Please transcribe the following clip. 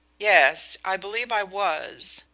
yes i believe i was.